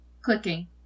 clicking